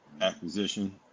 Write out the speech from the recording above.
acquisition